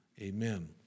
amen